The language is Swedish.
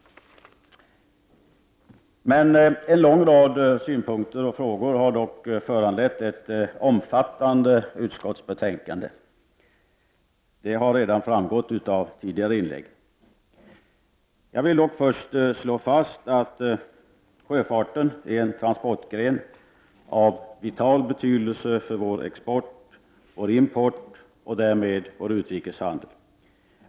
En lång rad synpunkter och frågor har dock föranlett ett omfattande utskottsbetänkande, detta har redan framgått av tidigare inlägg. Jag vill först slå fast att sjöfarten är en transportgren av vital betydelse för vår export och vår import och därmed för vår utrikeshandel.